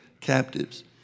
captives